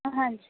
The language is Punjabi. ਹਾਂਜੀ